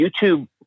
YouTube